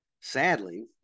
Sadly